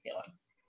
feelings